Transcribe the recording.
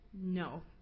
no